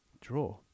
Draw